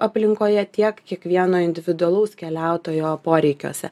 aplinkoje tiek kiekvieno individualaus keliautojo poreikiuose